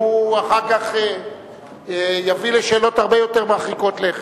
אחר כך יביא לשאלות הרבה יותר מרחיקות לכת.